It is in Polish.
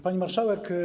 Pani Marszałek!